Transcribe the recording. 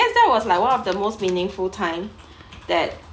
guess that was like one of the most meaningful time that